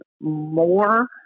more